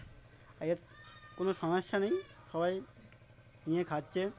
আগের কোনো সমস্যা নেই সবাই নিয়ে খাচ্ছে